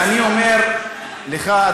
ואני אומר לך,